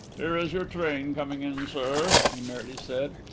here is your train coming in, sir, he merely said.